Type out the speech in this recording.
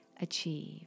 achieve